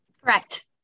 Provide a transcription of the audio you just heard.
Correct